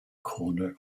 corner